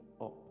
up